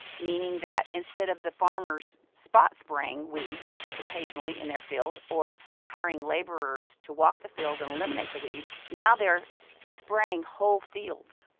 meaning that instead of the farmers spot-spraying weeds, occasionally, in their field, or hiring laborers to walk the field and eliminate the weeds, now they're spraying whole fields.